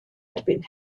erbyn